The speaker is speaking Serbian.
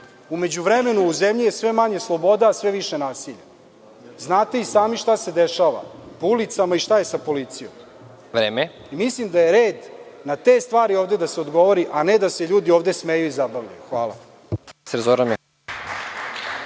međuvremenu, u zemlji je sve manje slobode, a sve više nasilja. Znate i sami šta se dešava po ulicama i šta je sa policijom.(Predsednik: Vreme.)Mislim da je red na te stvari ovde da se odgovori, a ne da se ljudi ovde smeju i zabavljaju. Hvala.